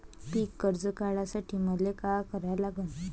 पिक कर्ज काढासाठी मले का करा लागन?